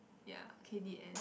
ya okay the end